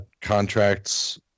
contracts